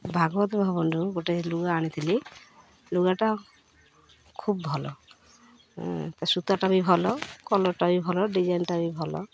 ଭାଗବତ ଭବନରୁ ଗୋଟେ ଲୁଗା ଆଣିଥିଲି ଲୁଗାଟା ଖୁବ୍ ଭଲ ତା ସୂତାଟା ବି ଭଲ କଲର୍ଟା ବି ଭଲ ଡିଜାଇନ୍ଟା ବି ଭଲ